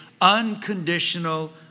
unconditional